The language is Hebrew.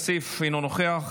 אינו נוכח,